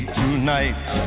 tonight